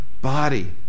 body